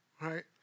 Right